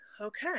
okay